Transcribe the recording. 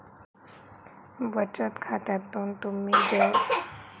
बचत खात्यातून तुम्ही जेवढी रक्कम काढू शकतास ती सामान्यतः यादीत असता